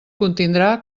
contindrà